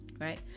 right